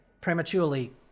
prematurely